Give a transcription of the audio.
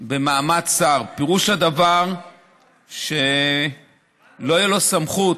פירוש הדבר שלא תהיה לו סמכות,